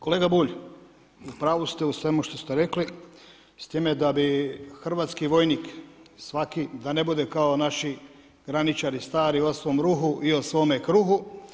Kolega Bulj u pravu ste u svemu što ste rekli s time da bi hrvatski vojnik svaki da ne bude kao naši graničari stari o svom ruhu i o svome kruhu.